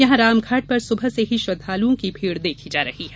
यहां रामघाट पर सुबह से ही श्रद्वालुओं की भीड़ देखी जा रही है